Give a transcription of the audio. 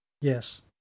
Yes